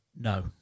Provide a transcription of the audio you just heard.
No